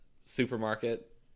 supermarket